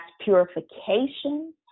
purification